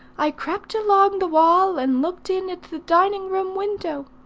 i crept along the wall and looked in at the dining-room window.